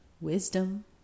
wisdom